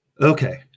okay